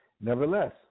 Nevertheless